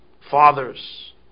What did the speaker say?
fathers